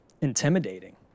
intimidating